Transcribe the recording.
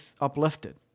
uplifted